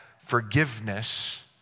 forgiveness